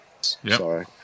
sorry